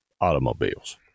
automobiles